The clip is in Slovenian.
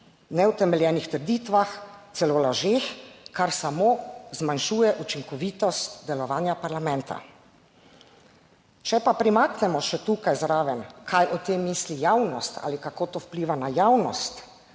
neutemeljenih trditvah, celo lažeh, kar samo zmanjšuje učinkovitost delovanja parlamenta. Če pa premaknemo še tukaj zraven kaj o tem misli javnost ali kako to vpliva na javnost,